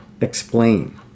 explain